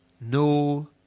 no